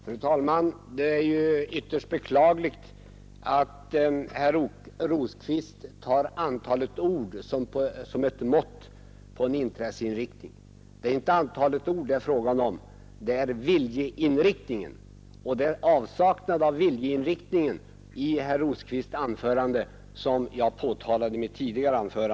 Fru talman! Det är ytterst beklagligt att herr Rosqvist tar antalet ord som ett mått på en intresseinriktning. Det är inte antalet ord det är fråga om utan viljeinriktningen, och det är avsaknaden av viljeinriktning i herr Rosqvists anförande som jag påtalade i mitt tidigare inlägg.